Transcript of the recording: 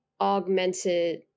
augmented